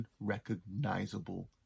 unrecognizable